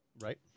Right